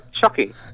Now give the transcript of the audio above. shocking